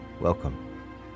welcome